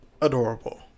adorable